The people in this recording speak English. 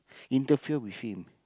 interfere with him